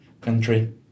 country